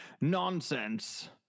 nonsense